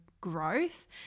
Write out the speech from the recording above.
growth